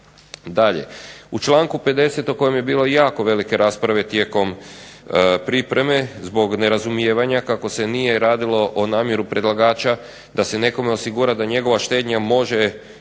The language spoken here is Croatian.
Dalje, u članku 50. o kojem je bilo jako puno rasprave tijekom pripreme zbog nerazumijevanja kako s enije radilo o namjeru predlagača da se nekome osigura da njegova štednja može